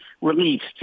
released